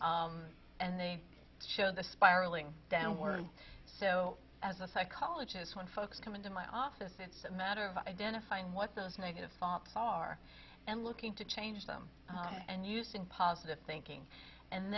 and they show the spiraling downward so as a psychologist when folks come into my office it's a matter of identifying what those negative thoughts are and looking to change them and using positive thinking and